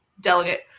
delegate